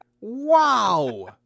Wow